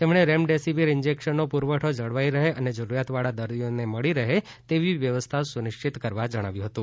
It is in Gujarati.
તેમણે રેમડેસીવીર ઇન્જેકશનનો પુરવઠો જળવાઇ રહે અને જરૂરીયાતવાળા દર્દીને મળી રહે તેવી વ્યવસ્થા સુનિશ્વિત કરવા જણાવ્યું હતું